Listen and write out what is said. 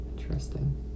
interesting